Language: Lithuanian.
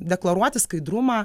deklaruoti skaidrumą